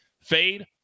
Fade